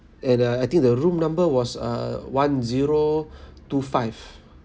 at uh I think the room number was uh one zero two five